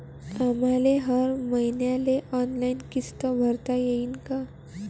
आम्हाले हर मईन्याले ऑनलाईन किस्त भरता येईन का?